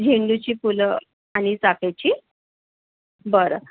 झेंडूची फुलं आणि चाफ्याची बरं